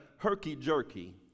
Herky-jerky